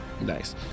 Nice